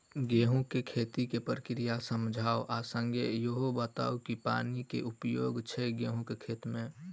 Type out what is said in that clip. गेंहूँ केँ खेती केँ प्रक्रिया समझाउ आ संगे ईहो बताउ की पानि केँ की उपयोग छै गेंहूँ केँ खेती में?